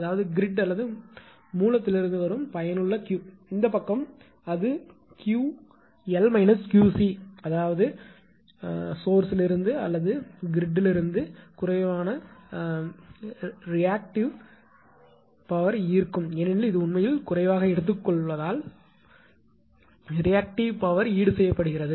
அதாவது கிரிட் அல்லது மூலத்திலிருந்து வரும் பயனுள்ள Q இந்த பக்கம் அது 𝑄𝑙 𝑄𝐶 அதாவது இது மூலத்திலிருந்து அல்லது கட்டத்திலிருந்து குறைவான ரியாசிடிவ் பவர் ஈர்க்கும் ஏனெனில் இது உண்மையில் குறைவாக எடுத்துக்கொள்வதால் செல் ரியாசிடிவ் பவர் ஈடுசெய்யப்படுகிறது